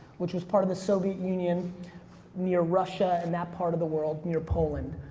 which was part of the soviet union near russia, and that part of the world, near poland.